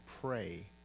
pray